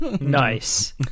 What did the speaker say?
Nice